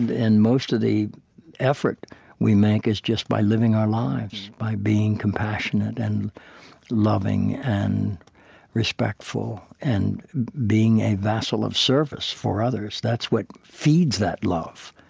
and and most of the effort we make is just by living our lives, by being compassionate and loving and respectful and being a vassal of service for others. that's what feeds that love.